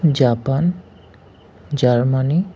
Japan Germany